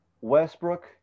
Westbrook